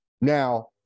Now